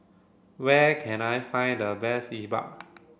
where can I find the best Yi Bua